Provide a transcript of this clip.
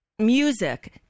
Music